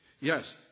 Yes